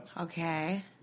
Okay